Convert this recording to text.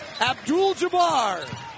Abdul-Jabbar